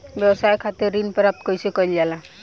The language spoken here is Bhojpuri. व्यवसाय खातिर ऋण प्राप्त कइसे कइल जाला?